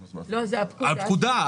הפקודה.